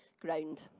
ground